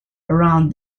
around